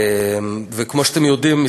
כמו שאתם יודעים,